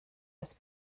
das